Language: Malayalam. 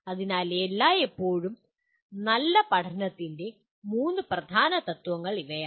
അതിനാൽ എല്ലായ്പ്പോഴും നല്ല പഠനത്തിൻ്റെ മൂന്ന് പ്രധാന തത്ത്വങ്ങൾ ഇവയാണ്